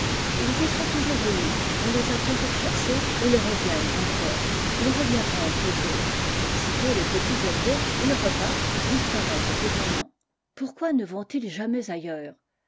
ils y sont toujours venus on les a toujours chassés et ils reviennent encore ils reviendront toujours sitôt les petits élevés ils repartent disparaissent pour un an pourquoi ne vont-ils jamais ailleurs